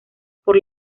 por